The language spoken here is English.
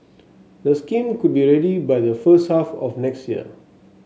the scheme could be ready by the first half of next year